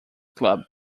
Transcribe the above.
club